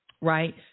Right